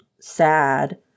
sad